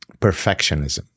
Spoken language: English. Perfectionism